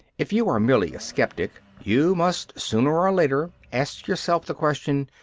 if you are merely a sceptic, you must sooner or later ask yourself the question,